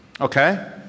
okay